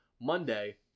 Monday